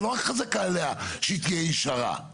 זה לא רק חזקה עליה שהיא תהיה ישרה,